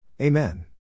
Amen